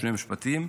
שני משפטים,